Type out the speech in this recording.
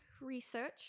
research